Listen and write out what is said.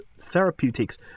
therapeutics